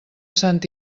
sant